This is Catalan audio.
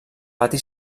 pati